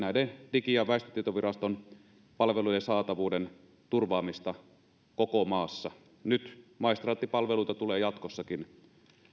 digi ja väestötietoviraston palvelujen saatavuuden turvaamisesta koko maassa nyt maistraattipalveluita tulee jatkossakin